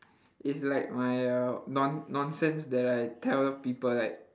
is like my uh non~ nonsense that I tell people like